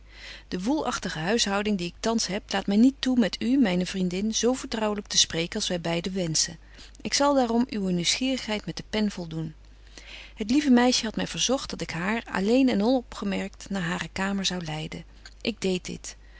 de woelagtige huishouding die ik thans heb laat my niet toe met u myne vriendin zo vertrouwelyk te spreken als wy beide wenschen ik zal daarom uwe nieuwsgierigheid met de pen voldoen het lieve meisje hadt my verzogt dat ik haar alleen en onopgemerkt naar haare kamer zou leiden ik deed dit